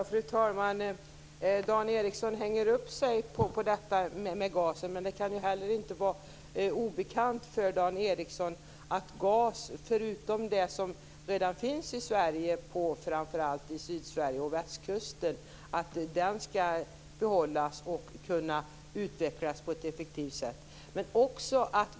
Fru talman! Dan Ericsson hänger upp sig på frågan om gasen. Det kan inte vara obekant för Dan Ericsson att gas som redan finns i Sverige, framför allt i Sydsverige och på västkusten, skall behållas och utvecklas på ett effektivt sätt.